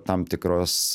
tam tikruos